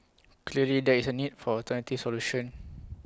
clearly there is A need for alternative solution